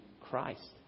Christ